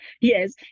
Yes